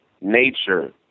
nature